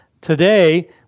Today